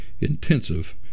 intensive